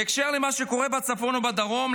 בהקשר למה שקורה בצפון ובדרום,